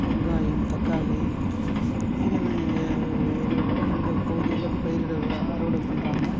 வெங்காயம் தக்காளி இதெல்லாம் எங்கள் ஏரியாவில் எங்கள் பகுதியில் பயிரிடல் அறுவடை பண்ணுறாங்க